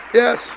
yes